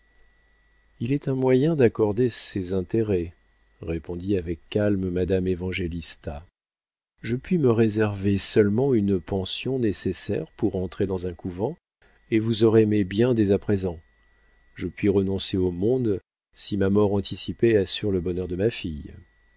il est un moyen d'accorder ces intérêts répondit avec calme madame évangélista je puis me réserver seulement une pension nécessaire pour entrer dans un couvent et vous aurez mes biens dès à présent je puis renoncer au monde si ma mort anticipée assure le bonheur de ma fille